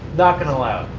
not gonna allow